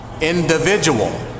Individual